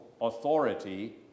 Authority